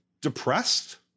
depressed